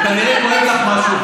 וכנראה כואב לך משהו,